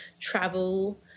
travel